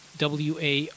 WA